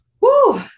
Woo